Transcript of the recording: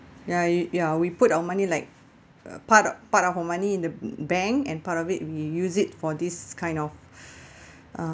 ya ya we put our money like uh part of part of our money in the bank and part of it we use it for this kind of uh